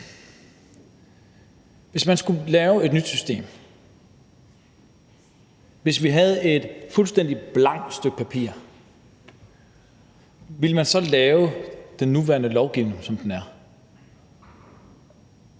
Hvis man skulle lave et nyt system, hvis vi havde et fuldstændig blankt stykke papir, ville man så lave den nuværende lovgivning, som den er?